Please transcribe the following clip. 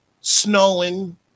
snowing